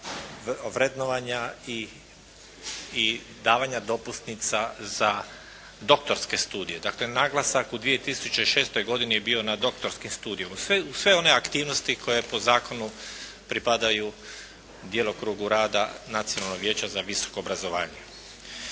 vrednovanja i davanja dopusnica za doktorske studije, dakle naglasak u 2006. godini je bio na doktorskom studiju. Uz sve one aktivnosti koje po zakonu pripadaju djelokrugu rada Nacionalnog vijeća za visoko obrazovanje.